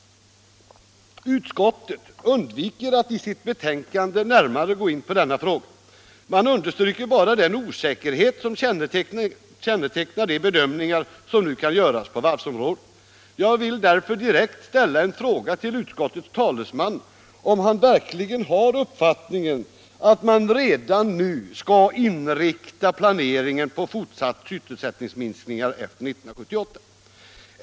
Utskottet undviker att i sitt betänkande närmare gå in på denna fråga. Man understryker bara den osäkerhet som kännetecknar de bedömningar som nu kan göras på varvsområdet. Jag vill därför direkt ställa en fråga till utskottets talesman om han verkligen har uppfattningen att man redan nu skall inrikta planeringen på fortsatta sysselsättningsminskningar efter 1978.